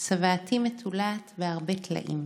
/ צוואתי מטולאת בהרבה טלאים,